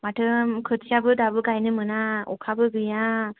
माथो खोथियाबो दाबो गायनो मोना अखाबो गैया